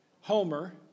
Homer